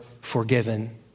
forgiven